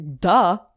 Duh